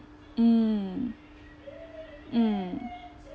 mm mm